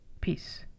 Peace